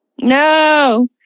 no